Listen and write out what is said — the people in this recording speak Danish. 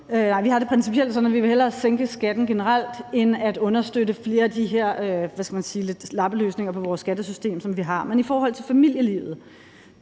Vi har det principielt sådan, at vi hellere vil sænke skatten generelt end at understøtte flere af de her, hvad skal man sige, sådan lidt lappeløsninger på vores skattesystem, som vi har. Men i forhold til familielivet